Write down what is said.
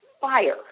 fire